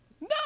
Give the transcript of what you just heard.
no